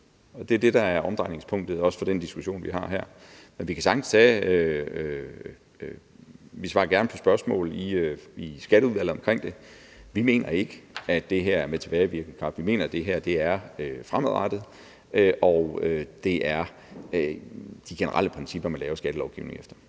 det er det, der er omdrejningspunktet, også for den diskussion, vi har her. Vi svarer gerne på spørgsmål i Skatteudvalget om det. Vi mener ikke, at det her er med tilbagevirkende kraft. Vi mener, det her er fremadrettet. Og det er de generelle principper, man laver skattelovgivning efter.